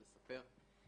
לספר.